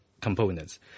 Components